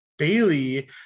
Bailey